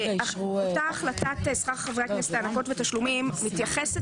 אותה החלטת שכר חברי הכנסת (הענקות ותשלומים) מתייחסת